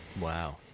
Wow